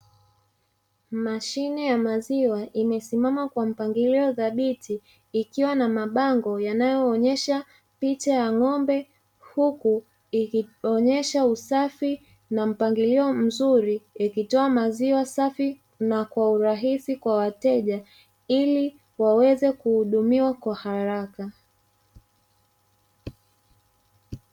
Mashine ya maziwa imesimama kwa mpangilio dhabiti ikiwa na mabango yanayoonyesha picha ya ng'ombe, huku ikionyesha usafi na mpangilio mzuri ikitoa maziwa safi, na kwa urahisi kwa wateja ili waweze kuhudumiwa kwa haraka.